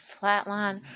flatline